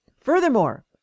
Furthermore